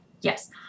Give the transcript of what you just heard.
Yes